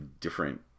different